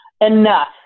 enough